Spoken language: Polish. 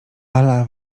ala